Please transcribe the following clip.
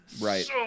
right